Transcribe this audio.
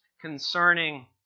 concerning